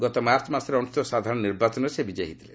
ଗତ ମାର୍ଚ୍ଚ ମାସରେ ଅନ୍ଦୁଷ୍ଠିତ ସାଧାରଣ ନିର୍ବାଚନରେ ସେ ବିଜୟୀ ହୋଇଥିଲେ